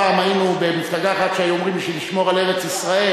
פעם היינו במפלגה אחת שהיו אומרים: בשביל לשמור על ארץ-ישראל,